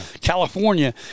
California